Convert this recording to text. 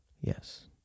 Yes